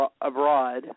abroad